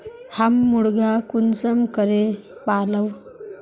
हम मुर्गा कुंसम करे पालव?